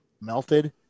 melted